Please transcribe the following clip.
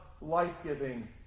life-giving